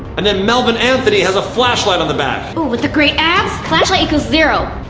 and then melvin anthony has a flashlight on the back. ooh, with the great abs. flashlight equal zero.